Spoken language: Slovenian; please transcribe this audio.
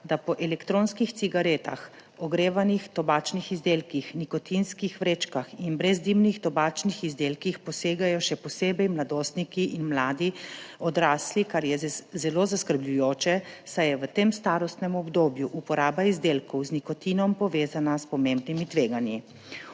da po elektronskih cigaretah, ogrevanih tobačnih izdelkih, nikotinskih vrečkah in brezdimnih tobačnih izdelkih posegajo še posebej mladostniki in mladi odrasli, kar je zelo zaskrbljujoče, saj je v tem starostnem obdobju uporaba izdelkov z nikotinom povezana s pomembnimi tveganji.